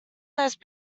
those